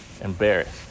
embarrassed